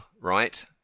Right